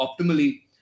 optimally